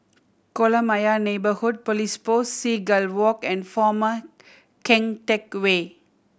Kolam Ayer Neighbourhood Police Post Seagull Walk and Former Keng Teck Whay